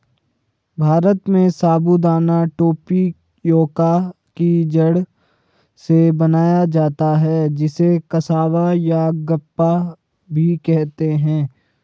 भारत में साबूदाना टेपियोका की जड़ से बनाया जाता है जिसे कसावा यागप्पा भी कहते हैं